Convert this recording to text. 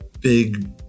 big